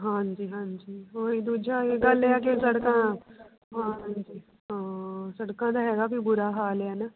ਹਾਂਜੀ ਹਾਂਜੀ ਉਹੀ ਦੂਜਾ ਇਹ ਗੱਲ ਇਹ ਆ ਕਿ ਸੜਕਾਂ ਹਾਂਜੀ ਹਾਂ ਸੜਕਾਂ ਦਾ ਹੈਗਾ ਵੀ ਬੁਰਾ ਹਾਲ ਹੈ ਆ ਨਾ